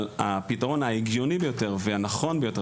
אבל הפתרון ההגיוני ביותר והנכון ביותר,